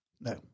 No